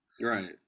Right